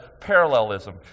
parallelism